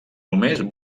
només